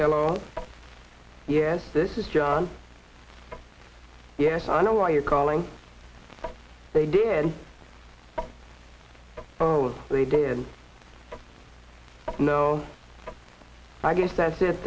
hello yes this is john yes i know why you're calling they did what they did no i guess that's it